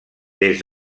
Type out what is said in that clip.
des